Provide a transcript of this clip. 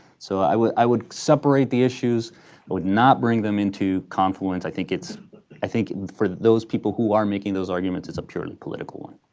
so i would i would separate the issues. i would not bring them into confluence. i think it's i think for those people who are making those arguments, it's a purely political one.